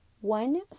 One